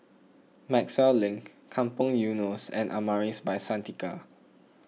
Maxwell Link Kampong Eunos and Amaris By Santika